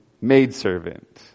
maidservant